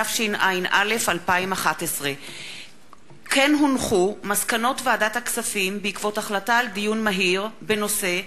התשע"א 2011. מסקנות ועדת הכספים בעקבות דיון מהיר בנושא: